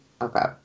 Okay